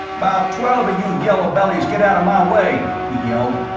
about twelve a you yellow-bellies git outa my way, he yelled.